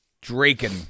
Draken